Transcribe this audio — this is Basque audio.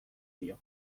dio